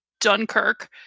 Dunkirk